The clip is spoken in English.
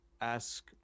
ask